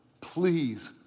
please